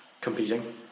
competing